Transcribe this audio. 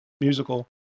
Musical